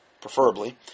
preferably